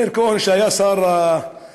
מאיר כהן, כשהיה שר הרווחה,